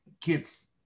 kids